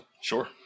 Sure